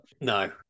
No